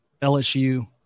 LSU